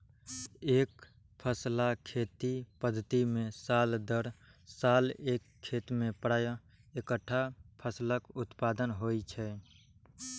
एकफसला खेती पद्धति मे साल दर साल एक खेत मे प्रायः एक्केटा फसलक उत्पादन होइ छै